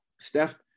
Steph